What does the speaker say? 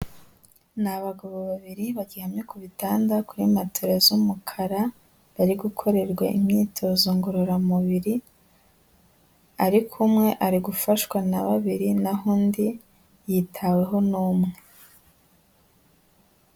Ni abagabo babiri baryamye ku bitanda kuri motola z'umukara bari gukorerwa imyitozo ngororamubiri, ariko umwe ari gufashwa na babiri na ho undi yitaweho n'umwe.